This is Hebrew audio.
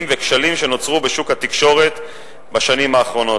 וכשלים שנוצרו בשוק התקשורת בשנים האחרונות.